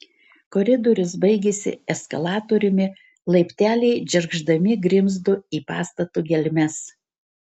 koridorius baigėsi eskalatoriumi laipteliai džergždami grimzdo į pastato gelmes